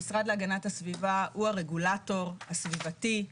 המשרד להגנת הסביבה הוא הרגולטור הסביבתי,